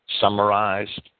summarized